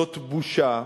זאת בושה,